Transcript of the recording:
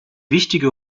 wichtige